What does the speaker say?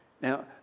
Now